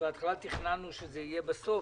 בהתחלה תכננו שזה יהיה בסוף,